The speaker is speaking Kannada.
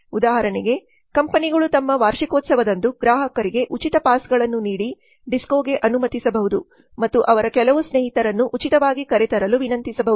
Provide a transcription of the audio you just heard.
ಉದಾಹರಣೆಗೆ ಕಂಪನಿಗಳು ತಮ್ಮ ವಾರ್ಷಿಕೋತ್ಸವದಂದು ಗ್ರಾಹಕರಿಗೆ ಉಚಿತ ಪಾಸ್ಗಳನ್ನು ನೀಡಿ ಡಿಸ್ಕೋಗೆ ಅನುಮತಿಸಬಹುದು ಮತ್ತು ಅವರ ಕೆಲವು ಸ್ನೇಹಿತರನ್ನು ಉಚಿತವಾಗಿ ಕರೆತರಲು ವಿನಂತಿಸಬಹುದು